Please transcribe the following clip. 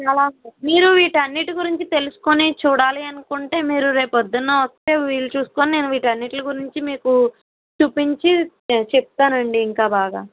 మీరు వీటి అన్నింటి గురించి తెలుసుకుని చూడాలి అనుకుంటే మీరు రేపు పొద్దున్న వస్తే వీలు చూసుకుని నేను వీటి అన్నింటి గురించి మీకు చూపించి చెప్తానండి ఇంకా బాగా